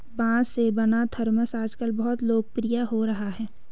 बाँस से बना थरमस आजकल बहुत लोकप्रिय हो रहा है